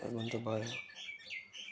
होइन अन्त भयो